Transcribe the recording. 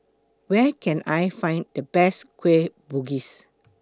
Where Can I Find The Best Kueh Bugis